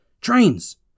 Trains